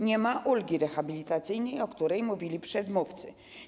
Nie ma ulgi rehabilitacyjnej, o której mówili przedmówcy.